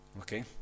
Okay